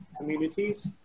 communities